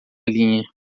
linha